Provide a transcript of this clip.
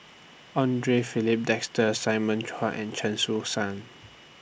Andre Filipe Desker Simon Chua and Chen Su San